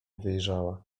wyjrzała